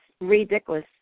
ridiculous